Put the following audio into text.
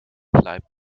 bleibt